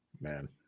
Man